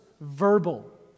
verbal